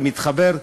זה מתחבר,